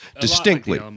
Distinctly